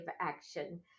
action